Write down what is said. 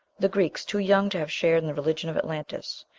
the greeks, too young to have shared in the religion of atlantis,